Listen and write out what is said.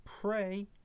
pray